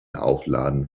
aufladen